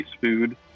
food